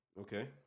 Okay